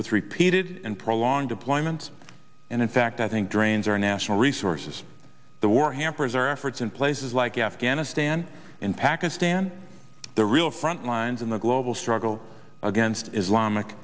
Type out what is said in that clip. with repeated and prolonged deployment and in fact i think drains our national resources the war hampers our efforts in places like afghanistan in pakistan the real front lines in the global struggle against islamic